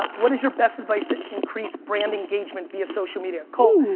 what is your best advice to increase brand engagement via social media? colt,